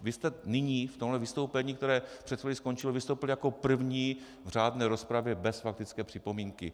Vy jste nyní v tomhle vystoupení, které před chvílí skončilo, vystoupil jako první v řádné rozpravě bez faktické připomínky.